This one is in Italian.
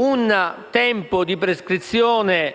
un tempo di prescrizione